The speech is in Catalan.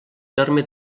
terme